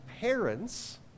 parents